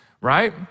right